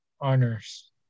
Honors